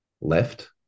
left